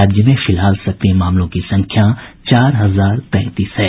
राज्य में फिलहाल सक्रिय मामलों की संख्या चार हजार तैंतीस है